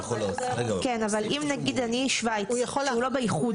אבל אם נגיד אני שוויץ, שהוא לא באיחוד.